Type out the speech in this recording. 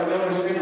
ואתה לא בשליחות.